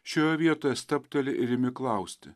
šioje vietoje stabteli ir imi klausti